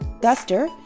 Guster